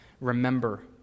remember